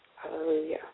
Hallelujah